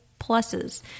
pluses